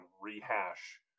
rehash